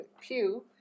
pew